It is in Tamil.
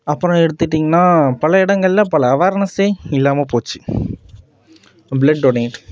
அப்புறம் எடுத்துட்டிங்கனா பல இடங்களில் பல அவர்னஸே இல்லாமல் போச்சு பிளட் டொனேட்